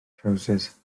trowsus